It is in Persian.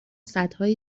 سدهای